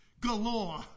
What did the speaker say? galore